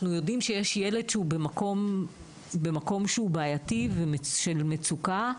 אנחנו יודעים שיש ילד שהוא במקום בעייתי ושל מצוקה,